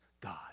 God